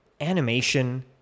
animation